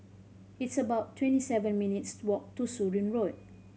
it's about twenty seven minutes' walk to Surin Road